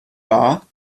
wahr